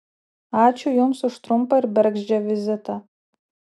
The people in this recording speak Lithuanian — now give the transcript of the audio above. ačiū jums už trumpą ir bergždžią vizitą